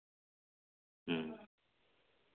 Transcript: ᱦᱮᱸ